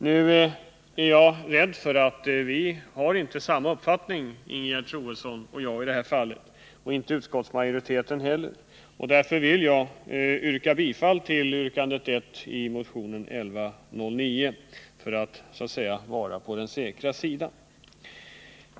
Nu är jag rädd för att jag och Ingegerd Troedsson — liksom också utskottsmajoriteten — har olika uppfattning i denna fråga, och därför vill jag för säkerhets skull hemställa om bifall till yrkandet 1 i motionen 1109.